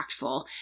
impactful